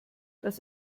das